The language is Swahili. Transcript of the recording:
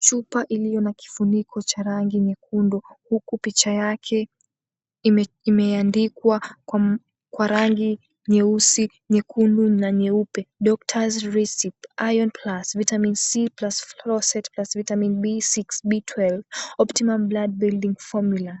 Chupa iliyo na kifuniko cha rangi nyekundu huku picha yake imeandikwa kwa rangi nyeusi, nyekundu na nyeupe Doctor's Recipes Iron Plus Vitamin C+ Folate Plus Vitamin B6, B12 Optimal Blood Building Formula.